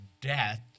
death